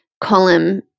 column